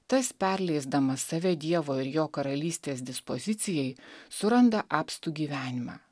tas perleisdamas save dievo ir jo karalystės dispozicijai suranda apstų gyvenimą